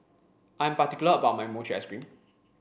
I'm particular about my Mochi Ice Cream